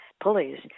pulleys